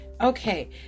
Okay